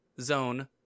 zone